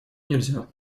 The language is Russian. нельзя